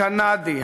הקנדי,